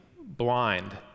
blind